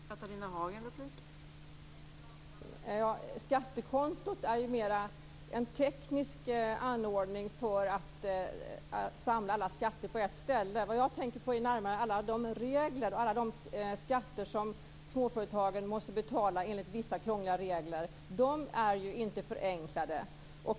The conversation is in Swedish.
Fru talman! Skattekontot är ju mer en teknisk anordning för att samla alla skatter på ett ställe. Vad jag tänker på är alla de skatter som småföretagen måste betala enligt vissa krångliga regler. De är ju inte förenklade.